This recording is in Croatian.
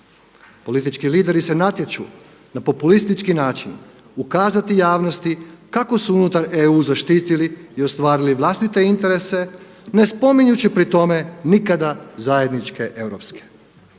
Politički lideri se natječu na populistički način ukazati javnosti kako su unutar EU zaštitili i ostvarili vlastite interese ne spominjući pri tome nikada zajedničke europske.